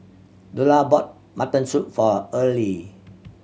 Lula bought mutton soup for Earlie